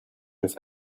with